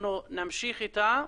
אנחנו נמשיך איתה,